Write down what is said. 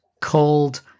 called